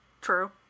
true